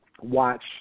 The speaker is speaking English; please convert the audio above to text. watch